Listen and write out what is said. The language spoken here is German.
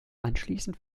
anschließend